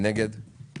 הפנייה